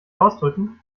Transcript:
ausdrücken